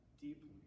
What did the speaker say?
deeply